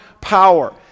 power